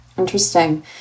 Interesting